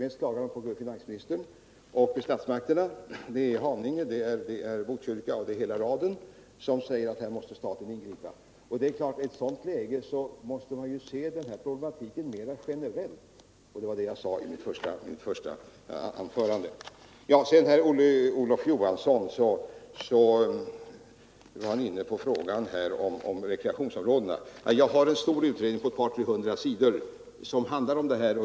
Mest klagar de på finansministern och statsmakterna. Det gäller Haninge, det gäller Botkyrka och hela raden. De hävdar att staten måste ingripa. I ett sådant läge måste man naturligtvis se den här problematiken mera generellt, och det var det jag sade i mitt första inlägg. Herr Olof Johansson i Stockholm var inne på frågan om rekreationsområden. Jag har en stor utredning på ett par tre hundra sidor som handlar om detta.